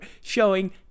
showing